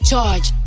charge